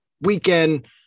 weekend